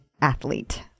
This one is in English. athlete